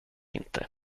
inte